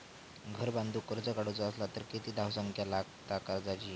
घर बांधूक कर्ज काढूचा असला तर किती धावसंख्या लागता कर्जाची?